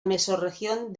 mesorregión